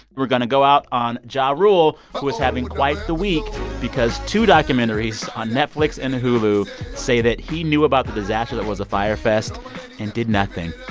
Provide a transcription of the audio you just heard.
we're going to go out on ja rule. who was having quite the week because two documentaries on netflix and hulu say that he knew about the disaster that was the fyre fest and did nothing.